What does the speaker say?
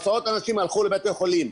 עשרות אנשים הלכו לבתי חולים,